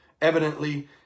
Evidently